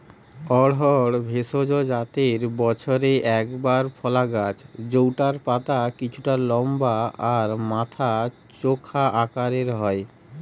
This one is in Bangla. অড়হর ভেষজ জাতের বছরে একবার ফলা গাছ জউটার পাতা কিছুটা লম্বা আর মাথা চোখা আকারের হয়